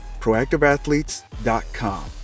proactiveathletes.com